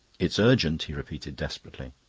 it's urgent, he repeated desperately.